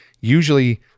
Usually